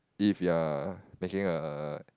if you are making a